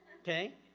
Okay